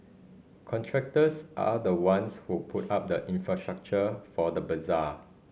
contractors are the ones who put up the infrastructure for the bazaar